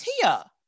Tia